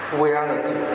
reality